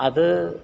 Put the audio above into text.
അത്